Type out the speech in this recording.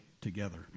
together